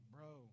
Bro